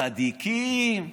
צדיקים.